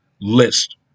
list